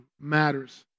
matters